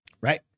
right